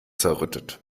zerrüttet